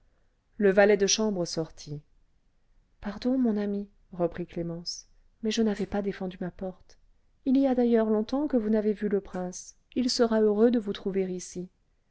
le valet de chambre sortit pardon mon ami reprit clémence mais je n'avais pas défendu ma porte il y a d'ailleurs longtemps que vous n'avez vu le prince il sera heureux de vous trouver ici